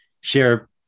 share